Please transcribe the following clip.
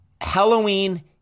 Halloween